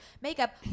makeup